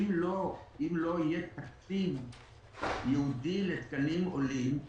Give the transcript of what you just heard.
אם לא יהיה תקציב ייעודי לתקנים לעולים,